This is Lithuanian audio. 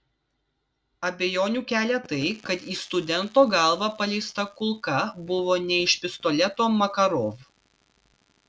abejonių kelia tai kad į studento galvą paleista kulka buvo ne iš pistoleto makarov